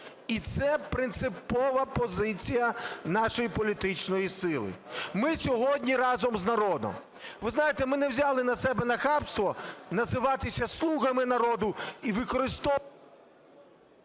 І це принципова позиція нашої політичної сили. Ми сьогодні разом з народом. Ви знаєте, ми не взяли на себе нахабство називатися слугами народу і… ГОЛОВУЮЧИЙ.